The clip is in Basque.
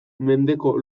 mendeko